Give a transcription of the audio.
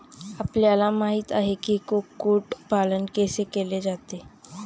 आपल्याला माहित आहे की, कुक्कुट पालन कैसे केले जाते?